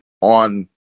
on